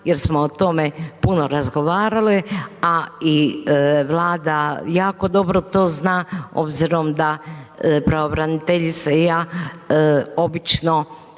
jer smo o tome puno razgovarale, a i Vlada jako dobro to zna obzirom da pravobraniteljica i ja obično,